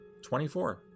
24